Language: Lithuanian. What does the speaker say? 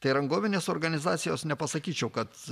tai rangovinės organizacijos nepasakyčiau kad